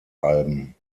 alben